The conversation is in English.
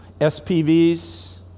SPVs